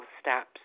steps